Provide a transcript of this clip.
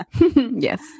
Yes